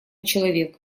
человек